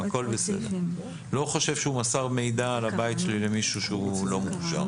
לא חושב שהוא מסר מידע על הבית שלי למישהו שהוא לא מוכשר.